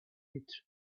pit